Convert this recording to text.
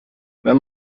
wenn